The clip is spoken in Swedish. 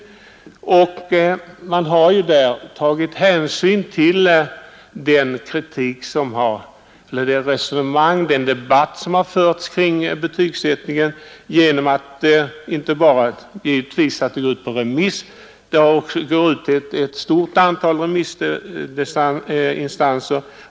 Man har tagit hänsyn till den kritik, de resonemang och den debatt som har förekommit kring betygsättningen genom att låta förslaget gå ut till ett stort antal remissinstanser.